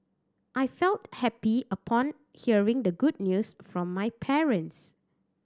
I felt happy upon hearing the good news from my parents